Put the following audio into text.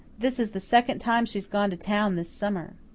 this is the second time she's gone to town this summer.